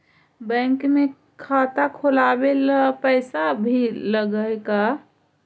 Bank में खाता खोलाबे ल पैसा भी लग है का?